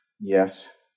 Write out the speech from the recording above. Yes